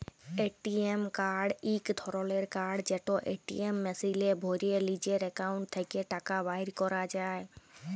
ATM card ইক ধরলের card যেট এটিএম মেশিলে ভ্যরে লিজের একাউল্ট থ্যাকে টাকা বাইর ক্যরা যায়